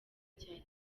cya